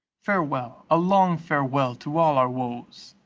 farewell, a long farewell to all our woes!